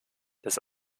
des